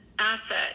asset